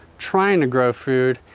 trying to grow food,